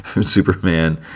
Superman